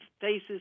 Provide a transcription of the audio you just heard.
Faces